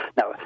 now